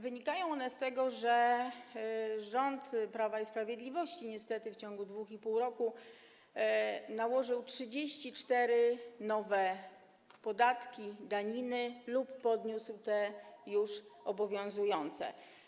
Wynikają one z tego, że rząd Prawa i Sprawiedliwości niestety w ciągu 2,5 roku nałożył 34 nowe podatki, daniny lub podniósł te już obowiązujące.